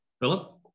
Philip